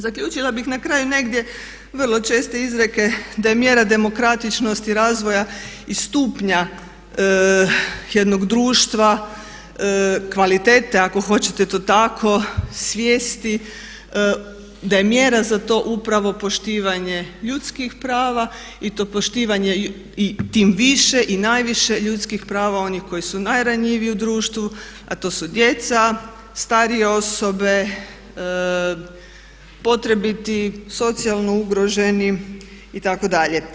Zaključila bih na kraju negdje vrlo često izrijeke da je mjera demokratičnosti razvoja i stupnja jednog društva kvalitete ako hoćete to tako svijesti da je mjera za to upravo poštivanje ljudskih prava i to poštivanje i tim više i najviše ljudski prava onih koji su najranjiviji u društvu a to su djeca, starije osobe, potrebiti, socijalno ugroženi itd.